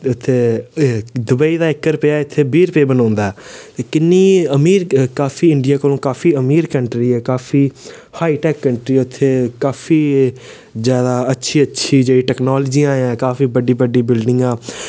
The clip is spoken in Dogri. उत्थै दुबेई दा इक रपेआ इत्थै बीह् रपेऽ मनोंदा ऐ ते किन्नी अमीर काफी इंडिया कोला काफी अमीर कंट्री ऐ काफी हाई टैक कंट्री उत्थै काफी जैदा अच्छी अच्छी जेह्ड़ी टेक्नोलाजियां ऐं काफी बड्डी बड्डी बिल्डिंगां